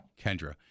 Kendra